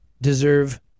deserve